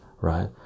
right